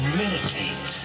meditate